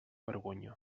vergonya